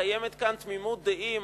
קיימת כאן תמימות דעים,